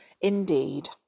Indeed